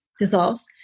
dissolves